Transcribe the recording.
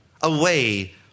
away